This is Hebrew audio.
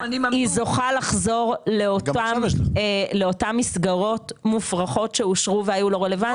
היא זוכה לחזור לאותם מסגרות מופרכות שאושרו והיו לא רלוונטיות.